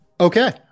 Okay